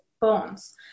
bones